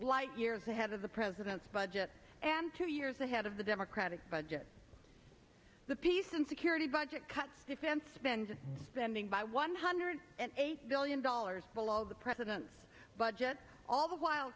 light years ahead of the president's budget and two years ahead of the democratic budget the peace and security budget cuts defense spending spending by one hundred eight billion dollars below the president's budget all the while